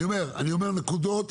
אני אומר נקודות,